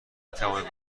توانید